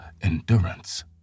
endurance